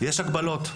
יש הגבלות.